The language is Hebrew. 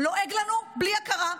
לועג לנו בלי הכרה.